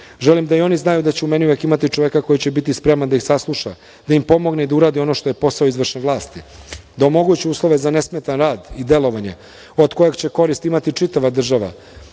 Želim da i oni znaju da će u meni uvek imati čoveka koji će biti spreman da ih sasluša, da im pomogne da uradi ono što je posao izvršne vlasti, da omogući uslove za nesmetan rad i delovanje od kojeg će korist imati čitava država,